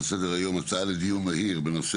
על סדר היום הצעה לדיון מהיר בנושא